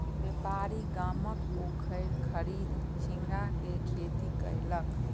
व्यापारी गामक पोखैर खरीद झींगा के खेती कयलक